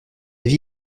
vie